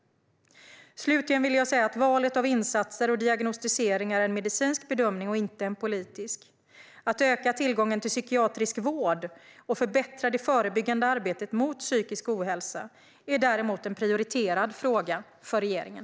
Slutligen vill jag säga att valet av insatser och diagnostisering är en medicinsk bedömning och inte en politisk. Att öka tillgången till psykiatrisk vård och förbättra det förebyggande arbetet mot psykisk ohälsa är däremot en prioriterad fråga för regeringen.